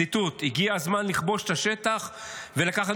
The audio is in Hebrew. ציטוט: "הגיע הזמן לכבוש את השטח --- ולקחת